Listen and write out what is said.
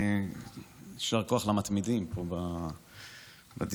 יישר כוח למתמידים פה בדיון.